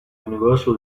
universal